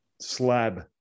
Slab